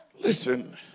Listen